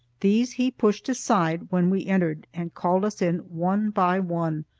these he pushed aside when we entered, and called us in one by one,